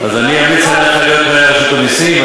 אז אני אמליץ עליך להיות מנהל רשות המסים.